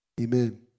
Amen